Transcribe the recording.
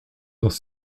dans